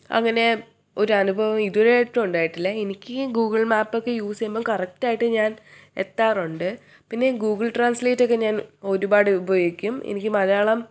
അങ്ങനെ ഒരു അനുഭവം ഇതുവരെയായിട്ട് ഉണ്ടായിട്ടില്ല എനിക്ക് ഗൂഗിൾ മാപ്പ് ഒക്കെ യൂസ് ചെയ്യുമ്പം കറക്റ്റ് ആയിട്ട് ഞാൻ എത്താറുണ്ട് പിന്നെ ഗൂഗിൾ ട്രാൻസ്ലേറ്റ് ഒക്കെ ഞാൻ ഒരുപാട് ഉപയോഗിക്കും എനിക്ക് മലയാളം